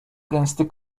gęsty